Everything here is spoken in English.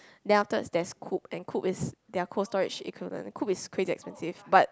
then afterwards there's Coop and Coop is their Cold-Storage equivalent Coop is crazy expensive but